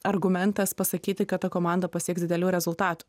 argumentas pasakyti kad ta komanda pasieks didelių rezultatų